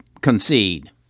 concede